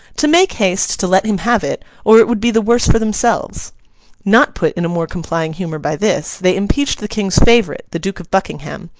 to make haste to let him have it, or it would be the worse for themselves not put in a more complying humour by this, they impeached the king's favourite, the duke of buckingham,